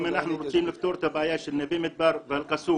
אם אנחנו רוצים לפתור את הבעיה של נווה מדבר ואל קאסום